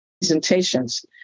presentations